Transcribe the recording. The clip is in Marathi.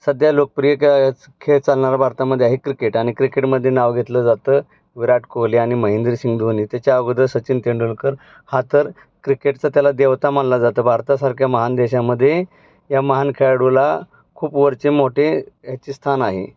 सध्या लोकप्रिय केच खेळ चालणारा भारतामध्ये आहे क्रिकेट आणि क्रिकेटमध्ये नाव घेतलं जातं विराट कोहली आणि महेंद्र सिंग धोनी त्याच्या अगोदर सचिन तेंडुलकर हा तर क्रिकेटचा त्याला देवता मानला जातं भारतासारख्या महान देशामध्ये या महान खेळाडूला खूप वरचे मोठे याचे स्थान आहे